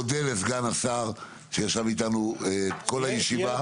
אני מודה לסגן השר שישב איתנו כל הישיבה.